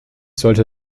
sollte